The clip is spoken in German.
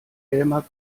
elmar